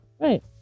right